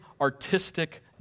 artistic